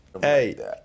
Hey